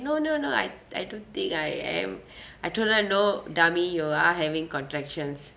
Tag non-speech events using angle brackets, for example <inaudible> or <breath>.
no no no I I don't think I am <breath> I told her no dummy you are having contractions